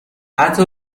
حتی